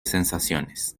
sensaciones